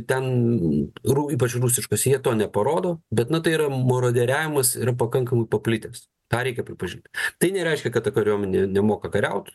ten ru ypač rusiškuose jie to neparodo bet na tai yra marodieriavimas yra pakankamai paplitęs tą reikia pripažint tai nereiškia kad ta kariuomenė nemoka kariaut